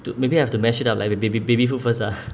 d~ maybe I have to masg it up like b~ b~ b~ baby food first ah